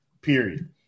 period